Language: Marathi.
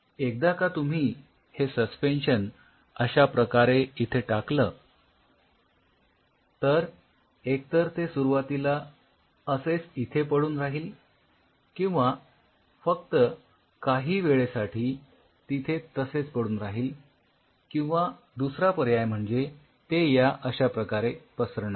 एकदा का तुम्ही हे सस्पेन्शन अश्या प्रकारे इथे टाकलं तर एकतर ते सुरुवातीला असेच इथे पडून राहील किंवा फक्त काही वेळेसाठी तिथे तसेच पडून राहील किंवा दुसरा पर्याय म्हणजे ते या अश्याप्रकारे पसरणार